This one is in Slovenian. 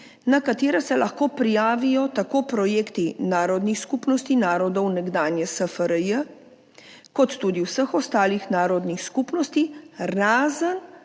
na katere se lahko prijavijo tako projekti narodnih skupnosti narodov nekdanje SFRJ kot tudi vseh ostalih narodnih skupnosti, razen